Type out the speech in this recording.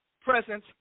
presence